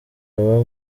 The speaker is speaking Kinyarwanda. baba